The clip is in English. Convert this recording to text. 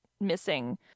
missing